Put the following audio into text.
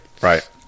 right